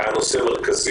היה נושא מרכזי.